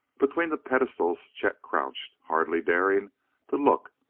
between the pedestals chet crouched, hardly daring to look,